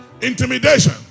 intimidation